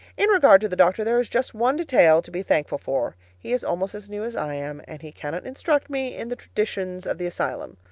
in regard to the doctor, there is just one detail to be thankful for he is almost as new as i am, and he cannot instruct me in the traditions of the asylum.